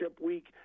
week